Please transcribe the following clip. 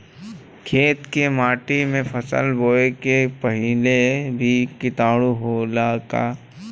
खेत के माटी मे फसल बोवे से पहिले भी किटाणु होला का?